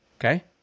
Okay